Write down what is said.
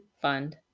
fund